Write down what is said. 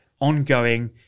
ongoing